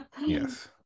yes